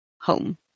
home